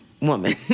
woman